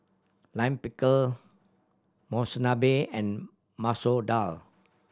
Lime Pickle Monsunabe and Masoor Dal